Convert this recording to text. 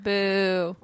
Boo